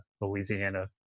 Louisiana